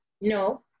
no